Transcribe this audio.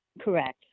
Correct